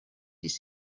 sis